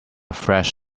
fresh